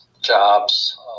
jobs